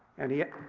and he